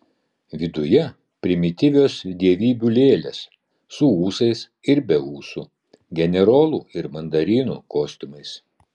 viduje primityvios dievybių lėlės su ūsais ir be ūsų generolų ir mandarinų kostiumais